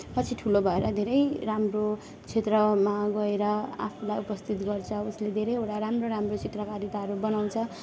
पछि ठुलो भएर धेरै राम्रो क्षेत्रमा गएर आफूलाई उपस्थित गर्छ उसले धेरैवटा राम्रो राम्रो चित्रकारिताहरू बनाउँछ